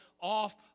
off